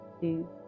two